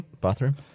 Bathroom